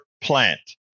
plant